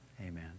Amen